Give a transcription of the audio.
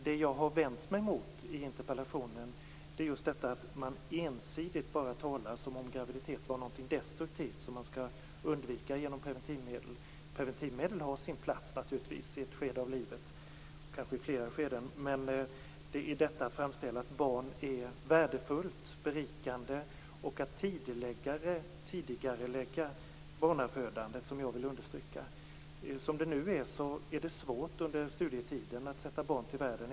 Det jag har vänt mig mot i interpellationen är just att man ensidigt talar som om graviditet var någonting destruktivt som man skall undvika genom preventivmedel. Preventivmedel har naturligtvis sin plats i ett skede av livet, och kanske i flera skeden. Det är detta att framställa att barn är värdefulla, berikande och att tidigarelägga barnafödandet som jag vill understryka. Som läget är nu är det svårt under studietiden att sätta barn till världen.